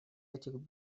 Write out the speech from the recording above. этих